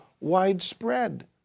widespread